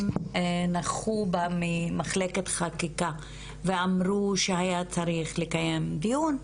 נכחו גם ממחלקת חקיקה ואמרו שהיה צריך לקיים דיון,